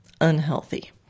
unhealthy